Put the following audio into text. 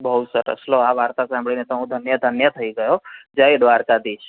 બહુ સરસ લો આ વાર્તા સાંભળીને તો હું ધન્ય ધન્ય થઈ ગયો જય દ્વારકાધીશ